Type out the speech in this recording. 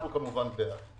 אנחנו כמובן בעד.